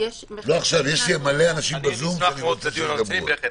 יש הרבה אנשים בזום שאני רוצה שידברו.